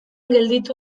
gelditu